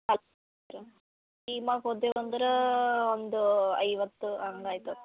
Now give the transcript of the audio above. ಟೀಮಾಗಿ ಹೋದೇವೆ ಅಂದ್ರ ಒಂದು ಐವತ್ತು ಹಂಗೆ ಆಯ್ತದ